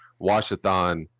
washathon